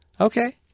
okay